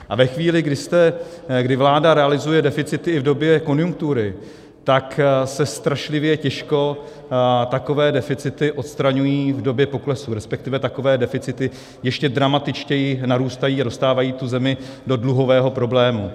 A ve chvíli, kdy vláda realizuje deficity i v době konjunktury, tak se strašlivě těžko takové deficity odstraňují v době poklesu, resp. takové deficity ještě dramatičtěji narůstají a dostávají tu zemi do dluhového problému.